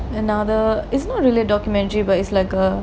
another is not really a documentary but it's like a